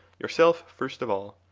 yourself first of all,